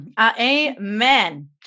Amen